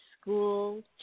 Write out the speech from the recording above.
school